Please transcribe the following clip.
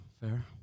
fair